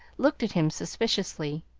looked at him suspiciously